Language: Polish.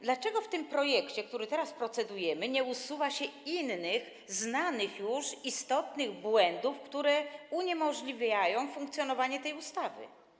Dlaczego w tym projekcie, nad którym teraz procedujemy, nie usuwa się innych, znanych już istotnych błędów, które uniemożliwiają funkcjonowanie tej ustawy?